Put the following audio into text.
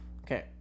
okay